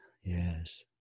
yes